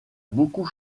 beaucoup